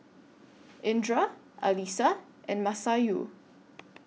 Indra Alyssa and Masayu